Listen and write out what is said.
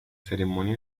ceremonia